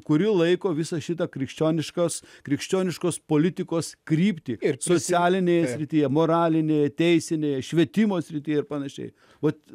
kuri laiko visą šitą krikščioniškos krikščioniškos politikos kryptį ir socialinėje srityje moralinėje teisinėje švietimo srityje ir pan vat